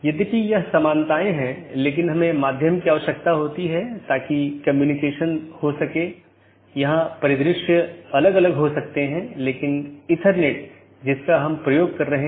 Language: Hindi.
क्योंकि जब यह BGP राउटर से गुजरता है तो यह जानना आवश्यक है कि गंतव्य कहां है जो NLRI प्रारूप में है